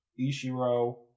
Ishiro